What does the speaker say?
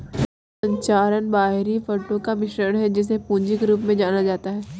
पूंजी संरचना बाहरी फंडों का मिश्रण है, जिसे पूंजी के रूप में जाना जाता है